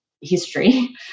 history